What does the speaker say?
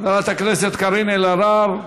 חברת הכנסת קארין אלהרר,